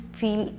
feel